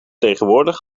tegenwoordig